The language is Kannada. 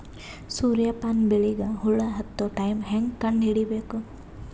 ಸೂರ್ಯ ಪಾನ ಬೆಳಿಗ ಹುಳ ಹತ್ತೊ ಟೈಮ ಹೇಂಗ ಕಂಡ ಹಿಡಿಯಬೇಕು?